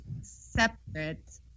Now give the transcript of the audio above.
separate